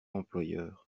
employeurs